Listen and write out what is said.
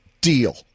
deal